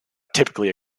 typically